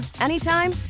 anytime